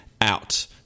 out